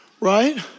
right